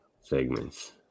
segments